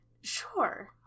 Sure